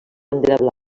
bandera